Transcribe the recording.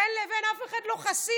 בין לבין אף אחד לא חסין.